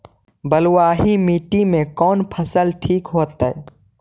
बलुआही मिट्टी में कौन फसल ठिक होतइ?